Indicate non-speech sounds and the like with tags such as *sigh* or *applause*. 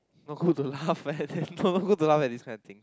not good to laugh *laughs* it's no good to laugh at this kind of thing